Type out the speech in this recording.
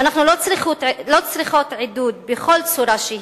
אנחנו לא צריכות עידוד בכל צורה שהיא,